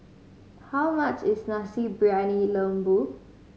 how much is Nasi Briyani Lembu